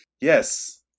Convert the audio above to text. Yes